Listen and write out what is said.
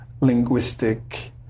linguistic